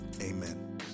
amen